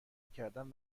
کردن